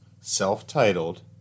self-titled